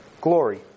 glory